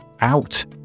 out